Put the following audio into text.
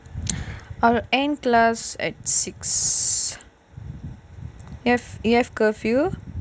I will end class at six you have curfew